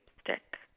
stick